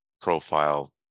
profile